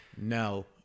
No